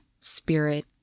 spirit